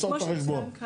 הוא צריך את החשבון.